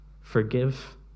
forgive